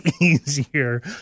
easier